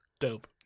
Dope